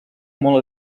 molt